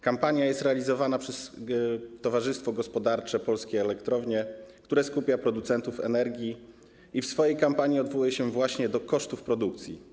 Kampania jest realizowana przez Towarzystwo Gospodarcze Polskie Elektrownie, które skupia producentów energii i w swojej kampanii odwołuje się właśnie do kosztów produkcji.